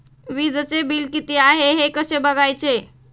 वीजचे बिल किती आहे कसे बघायचे?